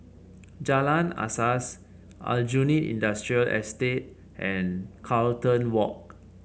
Jalan Asas Aljunied Industrial Estate and Carlton Walk